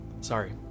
sorry